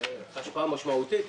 השפעה משמעותית?